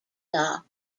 law